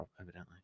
Evidently